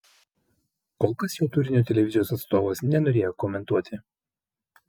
kol kas jo turinio televizijos atstovas nenorėjo komentuoti